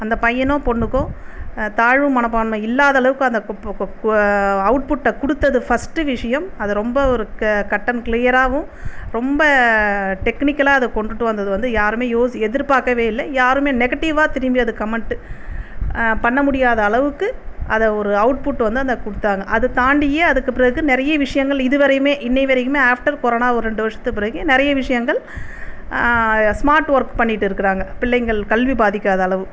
அந்த பையனோ பொண்ணுக்கோ தாழ்வு மனப்பான்மை இல்லாதளவுக்கு அந்த அவுட் புட்ட கொடுத்தது ஃபஸ்ட்டு விஷயம் அது ரொம்ப ஒரு க கட் அண்ட் க்ளீயராவும் ரொம்ப டெக்னிக்கலாக அதை கொண்டுட்டு வந்தது வந்து யாருமே யோ எதிர்ப்பார்க்கவே இல்லை யாருமே நெகட்டிவாக திரும்பி அதை கமெண்ட் பண்ண முடியாதளவுக்கு அதை ஒரு அவுட் புட் வந்து அந்த கொடுத்தாங்க அதை தாண்டியே அதுக்கு பிறகு நிறைய விஷயங்கள் இதுவரையுமே இன்னைய வரைக்குமே ஆஃப்டர் கொரோனா ஒரு ரெண்டு வருஷத்துக்கு பிறகு நிறைய விஷயங்கள் ஸ்மார்ட் ஒர்க் பண்ணிகிட்டு இருக்குறாங்க பிள்ளைங்கள் கல்வி பாதிக்காத அளவு